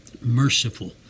merciful